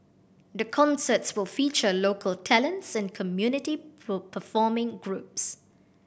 the concerts will feature local talents and community performing groups